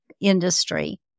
industry